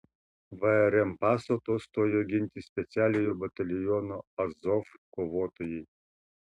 vrm pastato stojo ginti specialiojo bataliono azov kovotojai